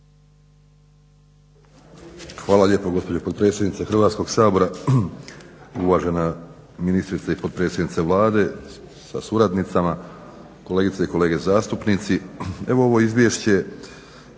Hvala lijepo gospođo potpredsjednice Hrvatskog sabora. Uvažena ministrice i potpredsjednice Vlade sa suradnicama, kolegice i kolege zastupnici. Evo ovo Izvješće